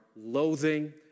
loathing